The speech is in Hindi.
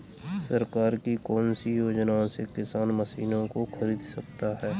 सरकार की कौन सी योजना से किसान मशीनों को खरीद सकता है?